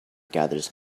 gathers